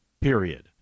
period